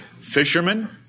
fishermen